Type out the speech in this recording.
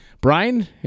Brian